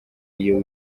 iyo